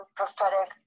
prophetic